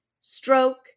stroke